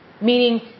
Meaning